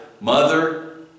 mother